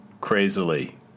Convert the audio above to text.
...crazily